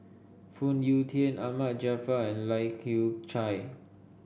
Phoon Yew Tien Ahmad Jaafar and Lai Kew Chai